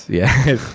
yes